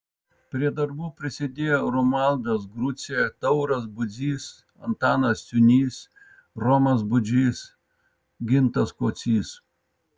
prie darbų prisidėjo romualdas grucė tauras budzys antanas ciūnys romas budžys gintas kocys